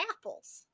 apples